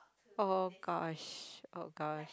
oh gosh oh gosh